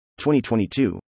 2022